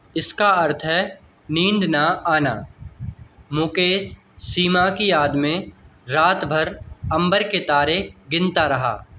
इसका अर्थ है नींद ना आना मुकेश सीमा की याद में रात भर अंबर के तारे गिनता रहा